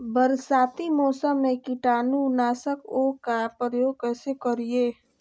बरसाती मौसम में कीटाणु नाशक ओं का प्रयोग कैसे करिये?